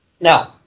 No